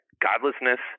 godlessness